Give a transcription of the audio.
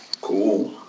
Cool